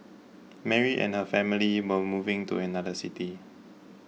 Mary and her family were moving to another city